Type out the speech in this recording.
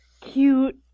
cute